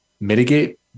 mitigate